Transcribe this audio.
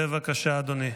בבקשה, אדוני.